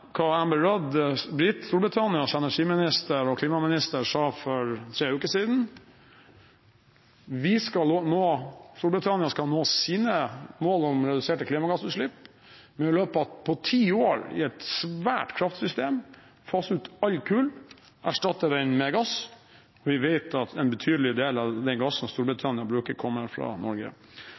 hva Amber Rudd, Storbritannias energi- og klimaminister, sa for tre uker siden. Storbritannia skal nå sine mål om reduserte klimagassutslipp ved at de i løpet av ti år i et stort kraftsystem skal fase ut alt kull og erstatte det med gass, og vi vet at en betydelig del av den gassen Storbritannia bruker, kommer fra Norge.